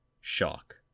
Shock